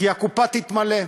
כי הקופה תתמלא.